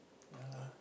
ya lah